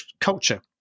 culture